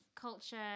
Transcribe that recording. culture